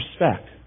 respect